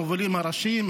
למובילים הראשיים,